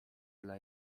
dla